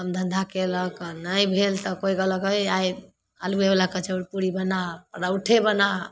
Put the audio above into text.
काम धन्धा कएलक आओर नहि भेल तऽ कोइ कहलक हइ आइ आलुएवला कचौ पूड़ी बना परौठे बना